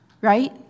Right